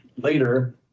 later